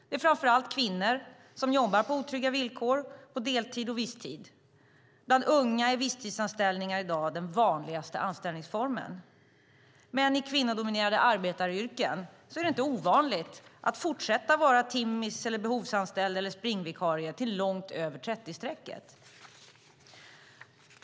Det är framför allt kvinnor som jobbar på otrygga villkor, på deltid och på visstid. Bland unga är visstidsanställningar i dag den vanligaste anställningsformen. I kvinnodominerade arbetaryrken är det inte ovanligt att fortsätta vara timmis, behovsanställd eller springvikarie till långt över 30-strecket.